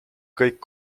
kõik